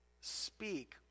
speak